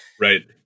right